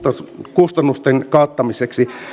kustannusten kattamiseksi